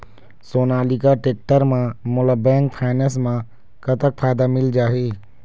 Sonalika tractor म मोला bank finance म कतक फायदा मिल जाही?